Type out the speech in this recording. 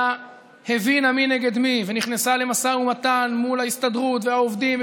הבינה מי נגד מי ונכנסה למשא ומתן מול ההסתדרות והעובדים,